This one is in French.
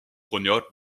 junior